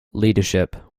leadership